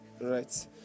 right